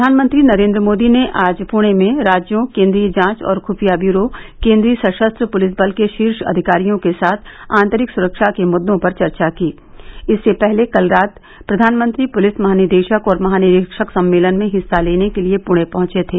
प्रधानमंत्री नरेन्द्र मोदी ने आज पृणे में राज्यों केन्द्रीय जांच और खुफिया ब्यूरो केन्दीय सशस्त्र पुलिस बल के शीर्ष अधिकारियों के साथ आंतरिक सुरक्षा के मुद्दों पर चर्चा की इससे पहले कल रात प्रधानमंत्री पूर्लिस महानिदेशक और महानिरीक्षक सम्मेलन में हिस्सा लेने के लिए पुणे पहुंचे थे